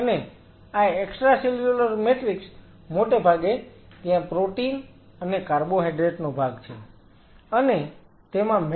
અને આ extracellular matrix મોટે ભાગે ત્યાં પ્રોટીન અને કાર્બોહાઈડ્રેટ્સ નો ભાગ છે